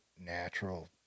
natural